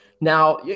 now